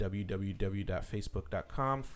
www.facebook.com